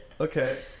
Okay